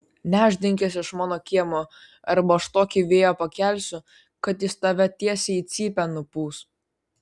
nešdinkis iš mano kiemo arba aš tokį vėją pakelsiu kad jis tave tiesiai į cypę nupūs